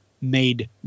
made